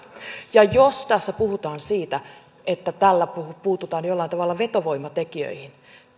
ja jos tässä puhutaan siitä että tällä puututaan jollain tavalla vetovoimatekijöihin